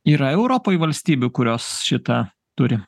yra europoj valstybių kurios šitą turi